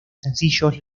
sencillos